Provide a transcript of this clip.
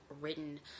written